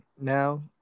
now